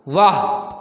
वाह